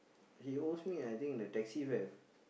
he owes me I think the taxi fare